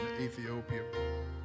Ethiopia